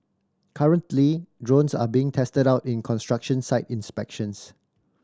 currently drones are being tested out in construction site inspections